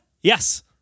Yes